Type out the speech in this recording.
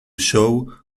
show